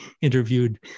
interviewed